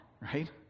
right